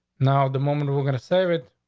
now, the moment we're going to save it.